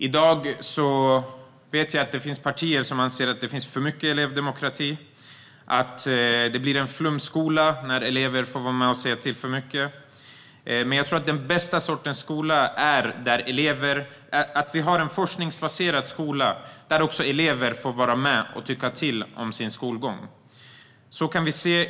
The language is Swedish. I dag finns det partier som anser att det är för mycket elevdemokrati och att det blir en flumskola när elever får vara med och tycka till. Men jag tror att den bästa skolan är en forskningsbaserad skola där också elever får vara med och tycka till om sin skolgång.